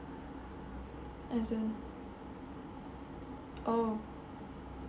as in oh